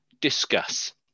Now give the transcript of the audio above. Discuss